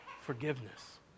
forgiveness